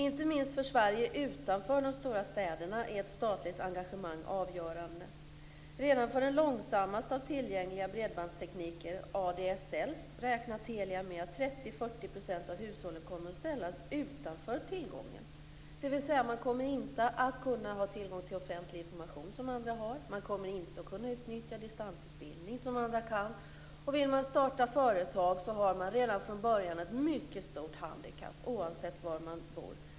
Inte minst för Sverige utanför de stora städerna är ett statligt engagemang avgörande. Redan för den långsammaste av tillgängliga bredbandstekniker, ADSL, räknar Telia med att 30-40 % av hushållen kommer att ställas utanför tillgången. Man kommer alltså inte att kunna ha tillgång till offentlig information som andra har. Man kommer inte att kunna utnyttja distansutbildning som andra kan. Och om man vill starta företag så har man redan från början ett mycket stort handikapp oavsett var man bor.